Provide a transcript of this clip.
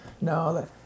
No